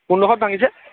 কোনডোখৰত ভাঙিছে